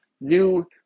new